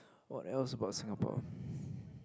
what else about Singapore